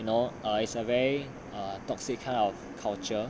you know err is a very toxic kind of culture